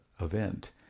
event